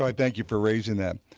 like thank you for raising that.